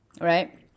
right